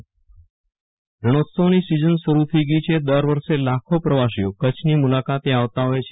વેરલ રાણા રણોત્સવની સીઝન શરૂ થઇ ગઇ છે દર વર્ષે લાખો પ્રવાસીઓ કચ્છની મુલાકાતે આવતા ફોય છે